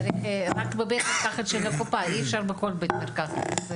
לא בכל בית מרקחת.